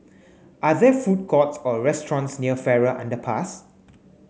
are there food courts or restaurants near Farrer Underpass